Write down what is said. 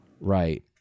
right